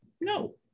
no